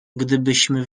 gdybyśmy